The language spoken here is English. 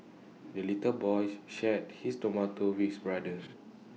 the little boy shared his tomato with brother